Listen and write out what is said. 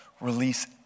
release